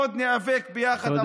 עוד ניאבק ביחד,